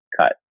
cut